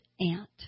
aunt